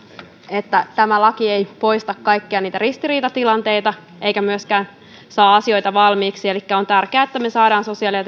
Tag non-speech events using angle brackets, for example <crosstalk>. että tämä laki ei poista kaikkia niitä ristiriitatilanteita eikä myöskään saa asioita valmiiksi elikkä on tärkeää että me saamme sosiaali ja <unintelligible>